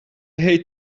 hate